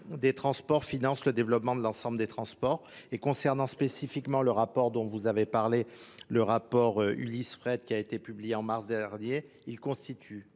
des transports financent le développement de l'ensemble des transports et concernant spécifiquement le rapport dont vous avez parlé Le rapport Ulysse Fred qui a été publié en mars dernier, il constitue